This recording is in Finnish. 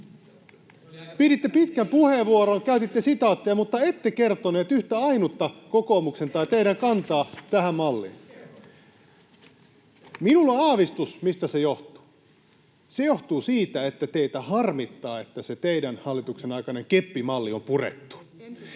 Piditte pitkän puheenvuoron, käytitte sitaatteja, mutta ette kertonut yhtä ainutta kokoomuksen tai teidän kantaa tähän malliin. [Timo Heinonen: Kerroinhan!] Minulla on aavistus, mistä se johtuu. Se johtuu siitä, että teitä harmittaa, että se teidän hallituksenne aikainen keppimalli on purettu.